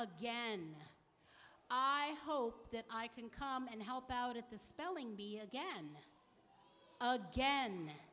again i hope that i can come and help out at the spelling bee again again